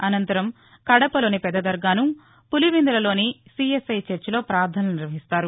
అనంతరం కడప లోని పెద్ద దర్గాను పులివెందులలలోని సిఎస్ ఐ చర్చిలో పార్థనలు నిర్వహిస్తారు